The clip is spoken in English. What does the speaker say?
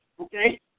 okay